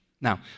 Now